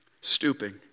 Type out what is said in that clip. Stooping